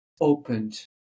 opened